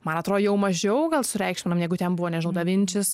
man atrodo jau mažiau gal sureikšminam negu ten buvo nežinau da vinčis